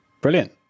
brilliant